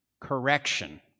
correction